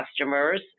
customers